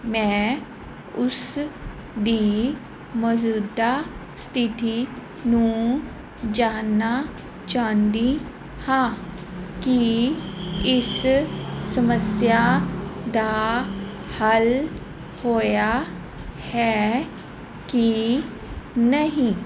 ਮੈਂ ਉਸ ਦੀ ਮੌਜੂਦਾ ਸਥਿਤੀ ਨੂੰ ਜਾਨਣਾ ਚਾਹੁੰਦੀ ਹਾਂ ਕਿ ਇਸ ਸਮੱਸਿਆ ਦਾ ਹੱਲ ਹੋਇਆ ਹੈ ਕਿ ਨਹੀਂ